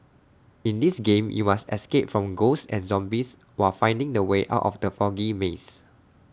in this game you must escape from ghosts and zombies while finding the way out of the foggy maze